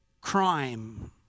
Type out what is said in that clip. crime